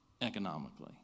economically